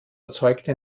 erzeugte